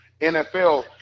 NFL